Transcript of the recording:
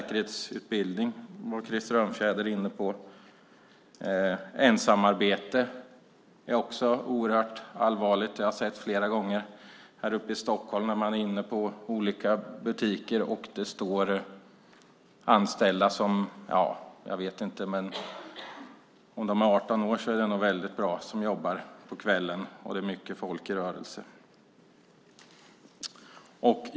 Krister Örnfjäder var inne på säkerhetsutbildning. Ensamarbete är oerhört allvarligt. Jag har flera gånger varit inne i olika butiker här i Stockholm som har anställda som, om de är 18 år är det nog väldigt bra, jobbar på kvällar och när det är mycket folk i rörelse.